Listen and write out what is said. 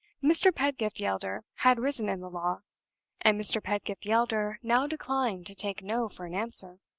mr. pedgift the elder had risen in the law and mr. pedgift the elder now declined to take no for an answer.